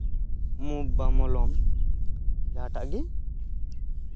ᱢᱩᱵᱷ ᱵᱟ ᱢᱚᱞᱚᱢ ᱡᱟᱦᱟᱸᱴᱟᱜ ᱜᱮ